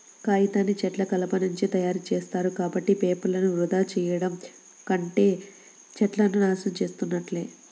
కాగితాన్ని చెట్ల కలపనుంచి తయ్యారుజేత్తారు, కాబట్టి పేపర్లను వృధా చెయ్యడం అంటే చెట్లను నాశనం చేసున్నట్లే